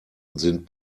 sind